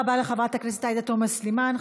תודה רבה לחברת הכנסת עאידה תומא סלימאן.